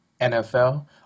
NFL